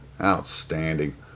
Outstanding